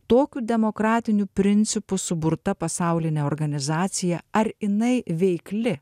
tokių demokratinių principų suburta pasaulinė organizacija ar jinai veikli